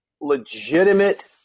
legitimate